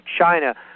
China